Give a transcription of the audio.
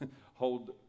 hold